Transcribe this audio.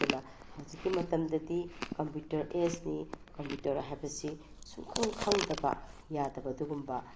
ꯑꯗꯨꯅ ꯍꯧꯖꯤꯛꯀꯤ ꯃꯇꯝꯗꯗꯤ ꯀꯝꯄ꯭ꯌꯨꯇ꯭ꯔ ꯑꯦꯖꯅꯤ ꯀꯝꯄ꯭ꯌꯨꯇ꯭ꯔ ꯍꯥꯏꯕꯁꯤ ꯁꯨꯡꯈꯪ ꯈꯪꯗꯕ ꯌꯥꯗꯕ ꯑꯗꯨꯒꯨꯝꯕ